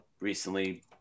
recently